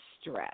stress